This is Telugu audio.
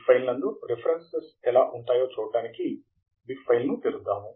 బిబ్ ఫైల్ నందు రిఫరెన్సెస్ ఎలా ఉంటాయో చూడటానికి బిబ్ ఫైల్ ని తెరుద్దాం